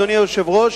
אדוני היושב-ראש,